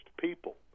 people